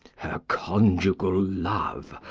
her conjugal love,